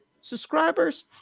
subscribers